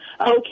Okay